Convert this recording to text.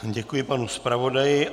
Děkuji panu zpravodaji.